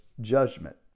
judgment